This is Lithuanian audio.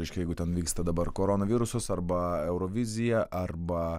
reiškia jeigu ten vyksta dabar koronavirusas arba eurovizija arba